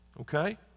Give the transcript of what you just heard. Okay